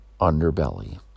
underbelly